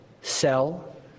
sell